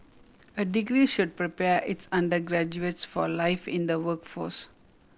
a degree should prepare its undergraduates for life in the workforce